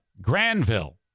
Granville